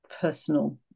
personal